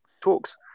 talks